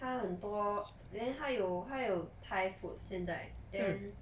它很多 then 它有它有 thai food 现在 then